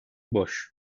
boş